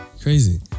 Crazy